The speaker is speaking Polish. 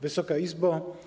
Wysoka Izbo!